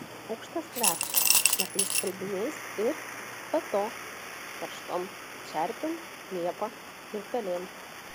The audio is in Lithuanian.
aukštas kvepia šlapiais skalbiniais ir be to karštom čerpėm liepa ir pelėm